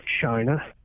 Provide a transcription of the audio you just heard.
China